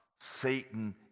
Satan